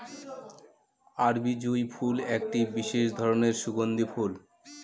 আরবি জুঁই ফুল একটি বিশেষ ধরনের সুগন্ধি ফুল